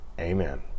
amen